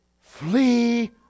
Flee